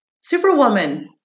Superwoman